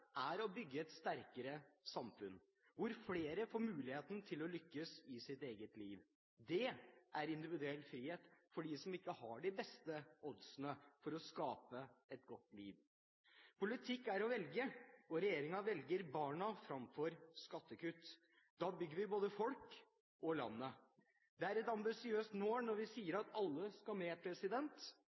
er å bygge et sterkere samfunn, hvor flere får muligheten til å lykkes i sitt eget liv. Dét er individuell frihet for dem som ikke har de beste oddsene for å skape et godt liv. Politikk er å velge, og regjeringen velger barna framfor skattekutt. Da bygger vi både folket og landet. Det er et ambisiøst mål når vi sier at alle skal med,